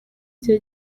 cya